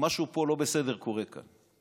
שמשהו לא בסדר קורה כאן.